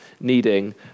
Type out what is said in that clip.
needing